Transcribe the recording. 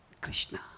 Krishna